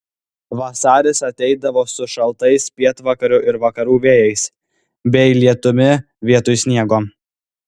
vasaris ateidavo su šiltais pietvakarių ir vakarų vėjais bei lietumi vietoj sniego